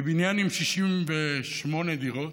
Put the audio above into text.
בבניין עם 68 דירות.